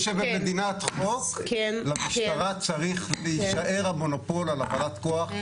אני חושב שבמדינת חוק למשטרה צריך להישאר המונופול על הפעלת כוח.